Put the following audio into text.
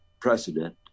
precedent